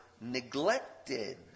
neglected